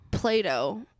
play-doh